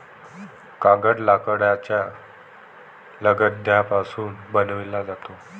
कागद लाकडाच्या लगद्यापासून बनविला जातो